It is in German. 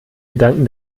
gedanken